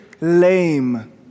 lame